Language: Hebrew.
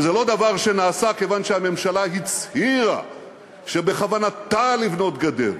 וזה לא דבר שנעשה כיוון שהממשלה הצהירה שבכוונתה לבנות גדר,